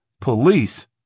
police